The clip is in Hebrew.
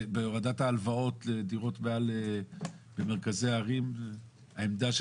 בהורדת ההלוואות לדירות במרכזי ערים העמדה של